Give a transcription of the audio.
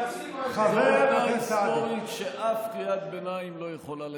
עובדה היסטורית שאף קריאת ביניים לא יכולה לטשטש.